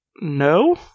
No